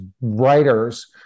writers